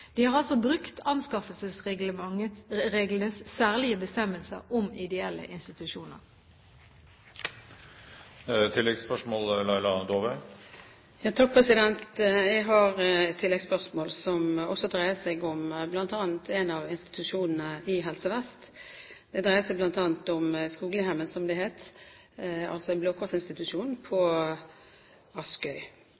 De har altså brukt anskaffelsesreglenes særlige bestemmelser om ideelle institusjoner. Jeg har et tilleggsspørsmål som dreier seg om bl.a. en av institusjonene i Helse Vest. Det dreier seg om Skogli-hjemmet, som det het – en Blå Kors-institusjon på